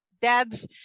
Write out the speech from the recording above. dad's